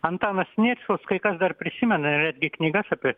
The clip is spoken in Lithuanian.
antanas sniečkus kai kas dar prisimena ir netgi knygas apie